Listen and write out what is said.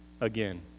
again